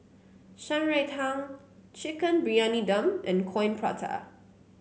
Shan Rui Tang Chicken Briyani Dum and Coin Prata